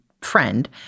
friend